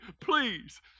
please